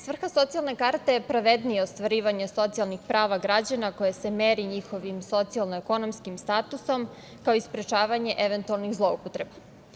Svrha socijalne karte je pravednije ostvarivanje socijalnih prava građana koje se meri njihovim socijalno-ekonomskim statusom, kao i sprečavanje eventualnih zloupotreba.